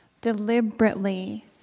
deliberately